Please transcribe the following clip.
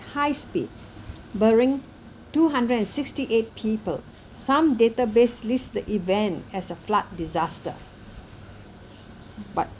high speed burying two hundred and sixty eight people some database lists the event as a flood disaster but